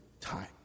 time